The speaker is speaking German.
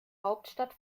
hauptstadt